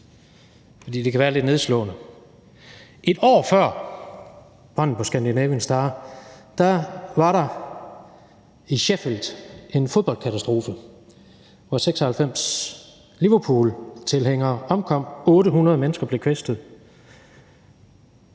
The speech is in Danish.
fordi det kan være lidt nedslående. Et år før branden på »Scandinavian Star« var der i Sheffield en fodboldkatastrofe, hvor 96 Liverpooltilhængere omkom, og hvor 800 mennesker blev kvæstet.